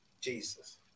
Jesus